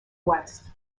west